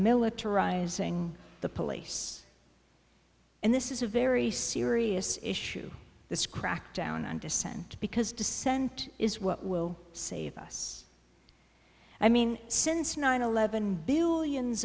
militarizing the police and this is a very serious issue this crackdown on dissent because dissent is what will save us i mean since nine eleven billions